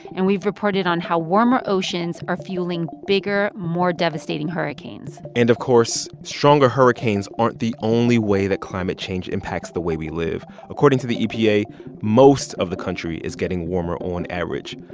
and we've reported on how warmer oceans are fueling bigger, more devastating hurricanes and of course, stronger hurricanes aren't the only way that climate change impacts the way we live. according to the epa, most of the country is getting warmer on average,